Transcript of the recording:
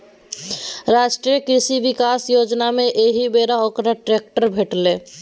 राष्ट्रीय कृषि विकास योजनामे एहिबेर ओकरा ट्रैक्टर भेटलै